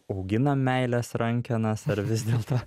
auginam meilės rankenas ar vis dėlto